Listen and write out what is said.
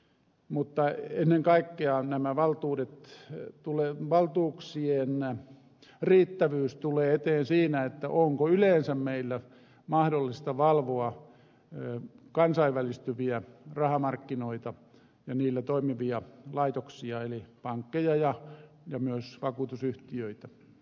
mutta ennen kaikkea näiden valtuuksien riittävyys tulee eteen siinä onko yleensä meillä mahdollista valvoa kansainvälistyviä rahamarkkinoita ja niillä toimivia laitoksia eli pankkeja ja myös vakuutusyhtiöitä